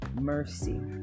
mercy